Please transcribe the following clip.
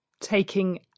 taking